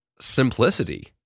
simplicity